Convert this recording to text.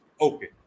okay